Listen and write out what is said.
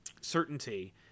certainty